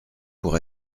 pour